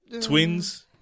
Twins